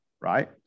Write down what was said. right